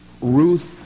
Ruth